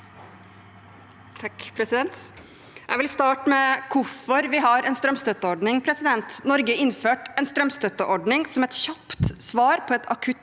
Jeg vil starte med hvorfor vi har en strømstøtteordning. Norge innførte en strømstøtteordning som et kjapt svar på et akutt